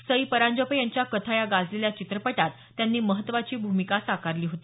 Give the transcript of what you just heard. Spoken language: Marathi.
सई परांजपे यांच्या कथा या गाजलेल्या चित्रपटात त्यांनी महत्वाची भूमिका साकारली होती